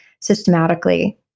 systematically